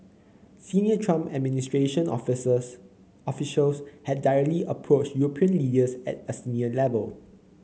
Senior Trump administration officers officials had directly approached European leaders at a senior level